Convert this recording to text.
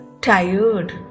tired